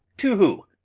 to who?